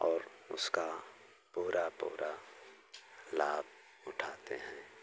और उसका पूरा पूरा लाभ उठाते हैं